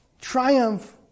triumph